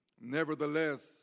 Nevertheless